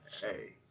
Hey